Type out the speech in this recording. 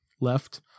left